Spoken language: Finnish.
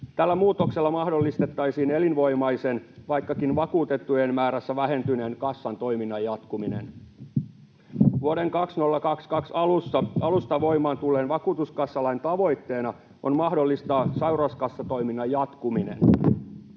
Tällä muutoksella mahdollistettaisiin elinvoimaisen, vaikkakin vakuutettujen määrässä vähentyneen, kassan toiminnan jatkuminen. Vuoden 2022 alusta voimaan tulleen vakuutuskassalain tavoitteena on mahdollistaa sairauskassatoiminnan jatkuminen.